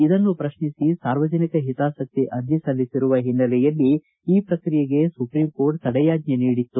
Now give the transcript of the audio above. ಇದನ್ನು ಪ್ರಶ್ನಿಸಿ ಸಾರ್ವಜನಿಕ ಹಿತಾಸಕ್ತಿ ಅರ್ಜಿ ಸಲ್ಲಿಸಿರುವ ಹಿನ್ನೆಲೆಯಲ್ಲಿ ಈ ಪ್ರಕ್ರಿಯೆಗೆ ಸುಪ್ರಿಂ ಕೋರ್ಟ್ ತಡೆಯಾಜ್ಜೆ ನೀಡಿತ್ತು